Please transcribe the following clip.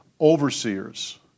overseers